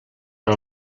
per